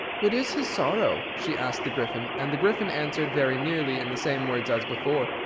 what is his sorrow? she asked the gryphon, and the gryphon answered, very nearly in the same words as before,